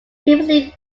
previously